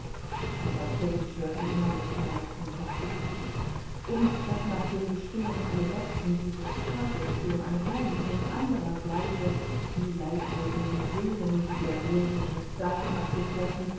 mit geneigtem kopfe zu und daß nach den bestehenden gesetzen dieses staates dem an ruhm kein anderer gleiche die leibeigenen seelen die ihr irdisches sein abgeschlossen